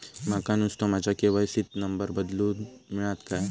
माका नुस्तो माझ्या के.वाय.सी त नंबर बदलून मिलात काय?